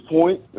point